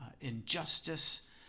injustice